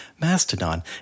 Mastodon